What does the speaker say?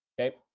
Okay